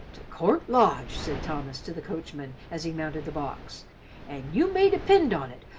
to court lodge, said thomas to the coachman as he mounted the box an' you may depend on it,